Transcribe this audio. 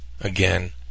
again